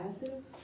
passive